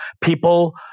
people